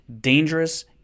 dangerous